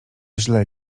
źle